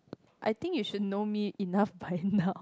I think you should know me enough by now